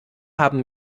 haben